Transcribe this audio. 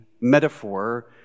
metaphor